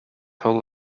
hull